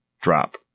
drop